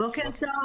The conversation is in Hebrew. בוקר טוב